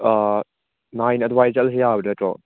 nine ꯑꯗꯨꯋꯥꯏ ꯆꯠꯂꯁꯨ ꯌꯥꯕ ꯅꯠꯇ꯭ꯔꯣ